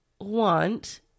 want